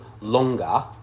longer